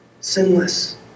sinless